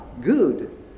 Good